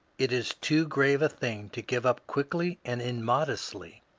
it is too grave a thing to give up quickly and immodestly.